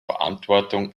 verantwortung